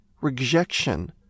rejection